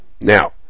Now